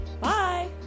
Bye